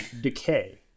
decay